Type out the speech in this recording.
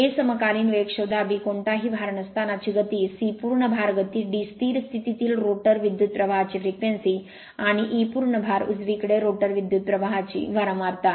a समकालीन वेग शोधा b कोणताही भार नसताना ची गती c पूर्ण भार गती d स्थिर स्थितीतील रोटर विद्युत प्रवाहची फ्रेक्वेन्सी आणि e पूर्ण भार उजवीकडे रोटर विद्युत प्रवाहची वारंवारता